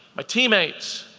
my teammates,